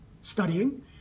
studying